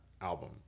album